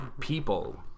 people